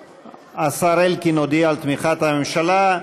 השר אלקין הודיע על תמיכת הממשלה.